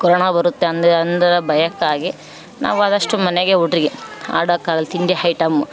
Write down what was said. corona ಬರುತ್ತೆ ಅಂದು ಅಂದು ಭಯಕ್ಕಾಗಿ ನಾವು ಆದಷ್ಟು ಮನೆಯಾಗೆ ಹುಡ್ರಿಗೆ ಆಡಾಕಾಗಲಿ ತಿಂಡಿ ಹೈಟಮ್